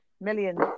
millions